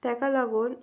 ताका लागून